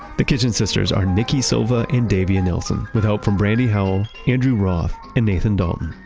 the kitchen sisters are nikki silva and davia nelson, with help from brandi howell, andrew roth, and nathan dalton